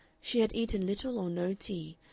she had eaten little or no tea,